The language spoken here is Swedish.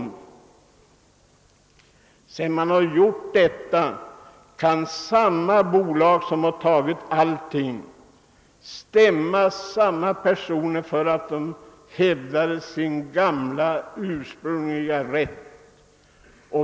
Sedan detta skett kan samma bolag som tagit allting även stämma den utkastade för att denne hävdat sin ursprungliga rätt.